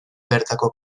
bertako